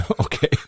Okay